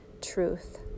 truth